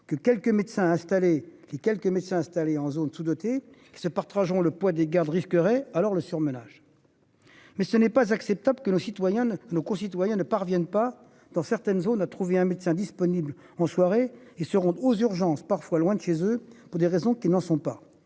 et quelques médecins installés en zones sous-dotées qui se partageront le poids des gardes risquerait alors le surmenage. Mais ce n'est pas acceptable que nos citoyens, nos concitoyens ne parviennent pas dans certaines zones à trouver un médecin disponible en soirée et se aux urgences parfois loin de chez eux pour des raisons qui n'en sont pas.